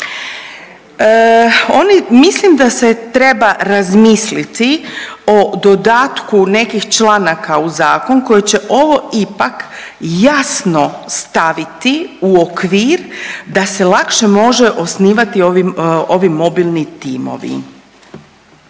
mislim da se treba razmisliti o dodatku nekih članaka u zakon koji će ovo ipak jasno staviti u okvir da se lakše može osnivati ovi, ovi mobilni timovi.